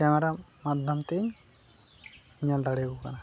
camera ᱢᱟᱫᱽᱫᱷᱚᱢ ᱛᱮᱧ ᱧᱮᱞ ᱫᱟᱲᱮᱣ ᱠᱚ ᱠᱟᱱᱟ